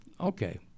Okay